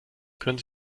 können